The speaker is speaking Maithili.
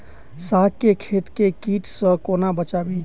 साग केँ खेत केँ कीट सऽ कोना बचाबी?